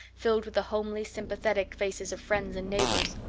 filled with the homely, sympathetic faces of friends and neighbors.